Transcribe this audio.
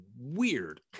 weird